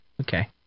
okay